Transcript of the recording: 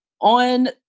on